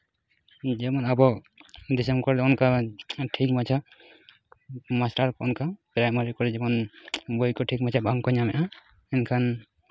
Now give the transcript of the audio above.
ᱡᱮᱢᱚᱱ ᱟᱵᱚ ᱫᱤᱥᱚᱢ ᱠᱚᱨᱮᱜ ᱚᱱᱠᱟ ᱴᱷᱤᱠ ᱢᱟᱪᱷᱟ ᱢᱟᱥᱴᱟᱨ ᱠᱚ ᱚᱱᱠᱟ ᱯᱨᱟᱭᱢᱟᱨᱤ ᱠᱚᱨᱮᱜ ᱡᱮᱢᱚᱱ ᱵᱳᱭ ᱠᱚ ᱴᱷᱤᱠ ᱢᱟᱪᱷᱟ ᱵᱟᱝᱠᱚ ᱧᱟᱢᱮᱜᱼᱟ ᱮᱱᱠᱷᱟᱱ